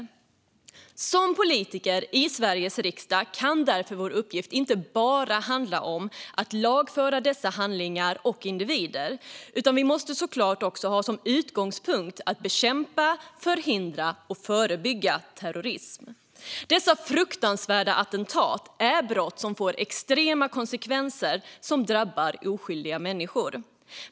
För oss politiker i Sveriges riksdag kan därför vår uppgift inte bara handla om att lagföra dessa handlingar och individer, utan vi måste såklart ha som utgångspunkt att bekämpa, förhindra och förebygga terrorism. Dessa fruktansvärda attentat är brott som får extrema konsekvenser som drabbar oskyldiga människor.